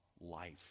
life